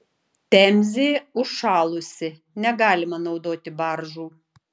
temzė užšalusi negalima naudoti baržų